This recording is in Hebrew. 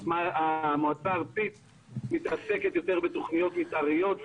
המועצה הארצית מתעסקת יותר בתוכניות מתאריות,